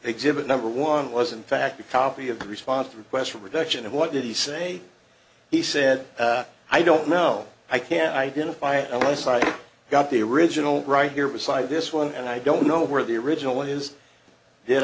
exhibit number one was in fact a copy of the response to requests for reduction of what did he say he said i don't know i can't identify it unless i got the original right here beside this one and i don't know where the original one is did